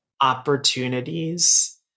opportunities